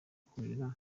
kurira